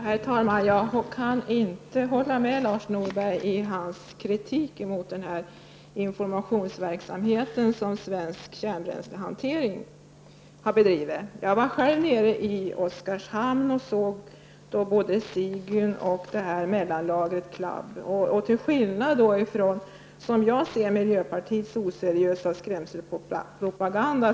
Herr talman! Jag kan inte hålla med Lars Norberg i hans kritik mot den informationsverksamhet som Svensk Kärnbränslehantering AB har bedrivit. Jag har själv varit i Oskarshamn och sett både Sigyn och mellanlagret clab där. Som jag ser det bedriver miljöpartiet en oseriös skrämselpropaganda.